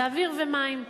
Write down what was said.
זה אוויר ומים.